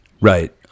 Right